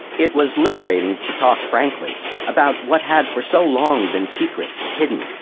it was liberating to talk frankly about what had for so long been secret, hidden,